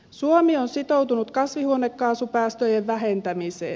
suomi on sitoutunut kasvihuonekaasupäästöjen vähentämiseen